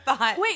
wait